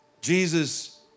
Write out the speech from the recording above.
Jesus